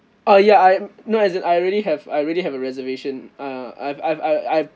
ah ya I no as in I already have I already have a reservation uh I've I've I've I've